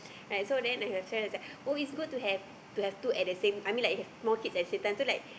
like so then I have friends who's like oh it's good to have to have two at the I mean like you have more kids at the same time so like